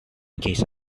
case